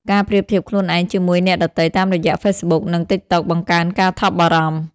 ការប្រៀបធៀបខ្លួនឯងជាមួយអ្នកដទៃតាមរយៈ Facebook និង TikTok បង្កើនការថប់បារម្ភ។